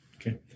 Okay